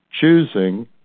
choosing